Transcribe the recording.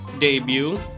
debut